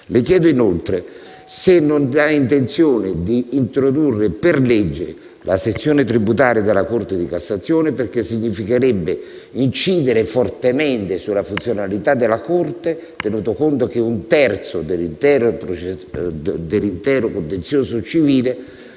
Le chiedo inoltre se non abbia intenzione di introdurre per legge la sezione tributaria della Corte di cassazione, perché significherebbe incidere fortemente sulla funzionalità della Corte, tenuto conto che un terzo dell'intero contenzioso civile